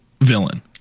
villain